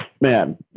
man